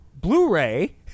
Blu-ray